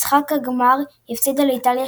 במשחק הגמר היא הפסידה לאיטליה,